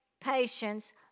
patience